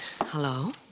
Hello